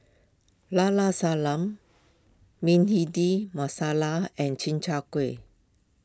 Llao Llao Sanum Bhindi Masala and Chi Kak Kuih